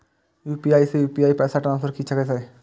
UPI से UPI पैसा transfer की सके छी?